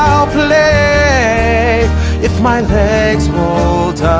i'll play if my legs hold